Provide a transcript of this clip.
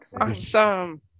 Awesome